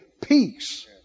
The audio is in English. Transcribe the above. Peace